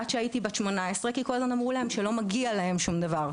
עד שהייתי בת 18 כי כל הזמן אמרו להם שלא מגיע להם שום דבר.